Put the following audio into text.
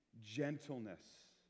gentleness